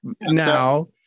Now